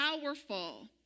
powerful